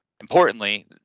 Importantly